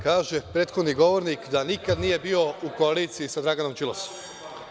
Kaže prethodni govornik da nikad nije bio u koaliciji sa Draganom Đilasom.